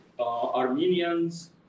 Armenians